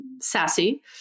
sassy